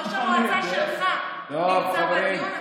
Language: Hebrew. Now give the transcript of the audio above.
ראש המועצה שלך נמצא בדיון,